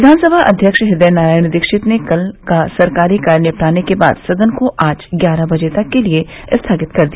विधानसभा अध्यक्ष हृदय नारायण दीक्षित ने कल का सरकारी कार्य निपटाने के बाद सदन को आज ग्यारह बजे तक के लिये स्थगित कर दिया